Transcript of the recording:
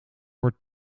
wordt